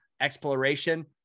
exploration